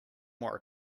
more